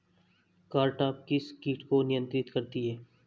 Cartap किस किट को नियंत्रित करती है?